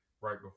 right